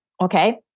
okay